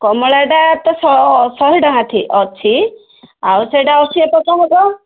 କମଳାଟା ତ ଶହେ ଶହେ ଟଙ୍କା ଅଛି ଆଉ ସେଇଟା ଅଶିଏ ପକା ହବ